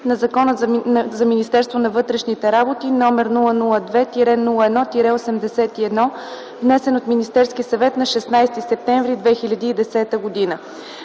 на Закона за Министерството на вътрешните работи, № 002-01-81, внесен от Министерския съвет на 16 септември 2010 г.